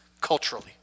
culturally